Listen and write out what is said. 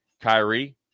Kyrie